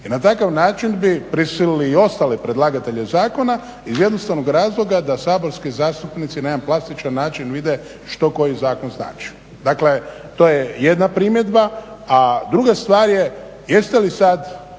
I na takav način bi prisilili i ostale predlagatelje zakona iz jednostavnog razloga da saborski zastupnici na jedan plastičan način vide što koji zakon znači. Dakle, to je jedna primjedba. A druga stvar je jeste li sad